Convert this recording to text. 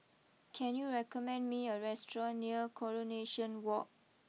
can you recommend me a restaurant near Coronation walk